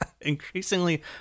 Increasingly